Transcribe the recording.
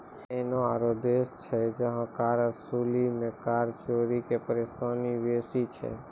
एहनो आरु देश छै जहां कर वसूलै मे कर चोरी के परेशानी बेसी छै